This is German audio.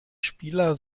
spieler